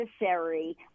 necessary